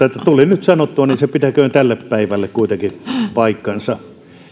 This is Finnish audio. tuli nyt sanottua niin että se pitäköön tälle päivälle kuitenkin paikkansa